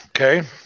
Okay